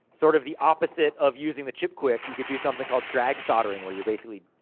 sort of the opposite of using the chipquik, you could do something called drag soldering, where you're basically